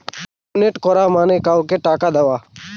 donate করা মানে কাউকে টাকা দেওয়া